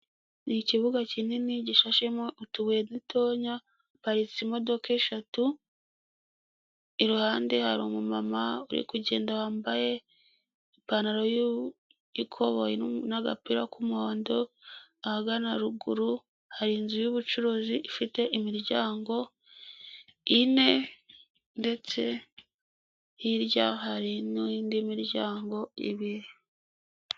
Ni ikibuga kinini gishashemo utubuye dutoya haparitse imodoka eshatu iruhande hari umumama uri kugenda wambaye ipantaro y'ikoboyi n'agapira k'umuhondo ahagana ruguru hari inzu y'ubucuruzi ifite imiryango ine ndetse hirya hari n'indi miryango ibiri.